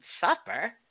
supper